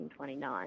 1929